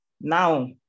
now